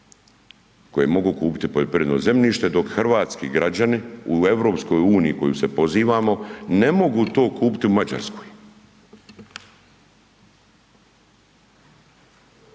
koje mogu kupiti poljoprivredno zemljište dok hrvatski građani u EU u koju se pozivamo, ne mogu to kupiti u Mađarskoj.